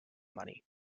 money